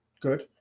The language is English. good